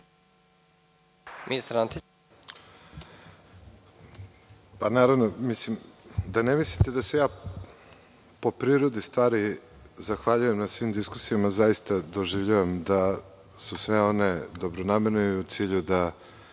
ministar Antić. **Aleksandar Antić** Da ne mislite da se ja po prirodi stvari zahvaljujem na svim diskusijama, zaista doživljavam da su sve one dobronamerne i u cilju da